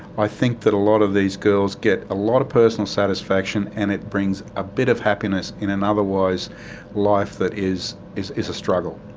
i think that a lot of these girls get a lot of personal satisfaction and it brings a bit of happiness in an otherwise life that is is a struggle.